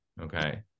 Okay